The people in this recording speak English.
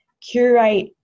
curate